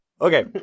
Okay